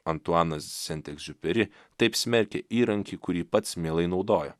antuanas sent egziuperi taip smerkė įrankį kurį pats mielai naudojo